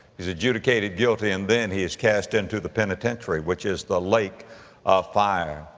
is adjudicated guilty, and then he is cast into the penitentiary, which is the lake of fire.